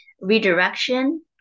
redirection